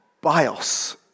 bios